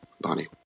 Bonnie